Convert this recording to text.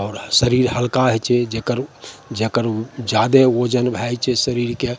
आओर शरीर हल्का होइ छै जकर जकर जादे वजन भए जाइ छै शरीरके